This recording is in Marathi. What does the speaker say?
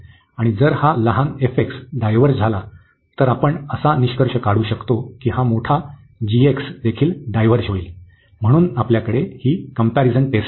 आणि जर हा लहान डायव्हर्ज झाला तर आपण असा निष्कर्ष काढू शकतो की हा मोठादेखील डायव्हर्ज होईल म्हणून आपल्याकडे ही कम्पॅरिझन टेस्ट आहे